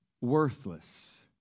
worthless